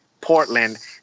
Portland